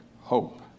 Hope